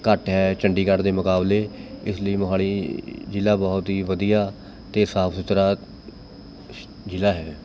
ਘੱਟ ਹੈ ਚੰਡੀਗੜ੍ਹ ਦੇ ਮੁਕਾਬਲੇ ਇਸ ਲਈ ਮੋਹਾਲੀ ਜ਼ਿਲ੍ਹਾ ਬਹੁਤ ਹੀ ਵਧੀਆ ਅਤੇ ਸਾਫ਼ ਸੁਥਰਾ ਸ਼ ਜ਼ਿਲ੍ਹਾ ਹੈ